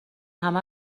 همه